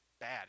bad